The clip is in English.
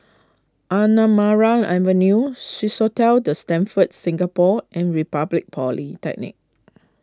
Anamarai Avenue Swissotel the Stamford Singapore and Republic Polytechnic